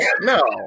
no